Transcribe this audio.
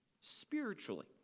spiritually